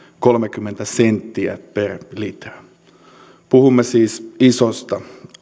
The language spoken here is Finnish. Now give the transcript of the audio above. kolmekymmentä senttiä per litra puhumme siis isosta